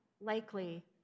likely